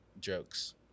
jokes